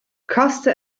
koste